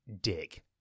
dig